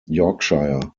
yorkshire